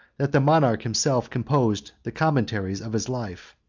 that the monarch himself composed the commentaries of his life,